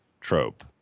trope